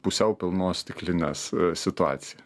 pusiau pilnos stiklinės situacija